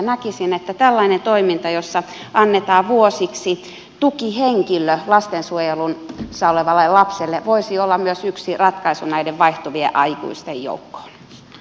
näkisin että tällainen toiminta jossa annetaan vuosiksi tukihenkilö lastensuojelussa olevalle lapselle voisi myös olla yksi ratkaisu näiden vaihtuvien aikuisten joukkoon